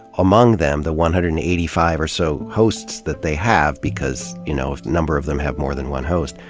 among them, the one hundred and eighty five or so hosts that they have because you know a number of them have more than one host,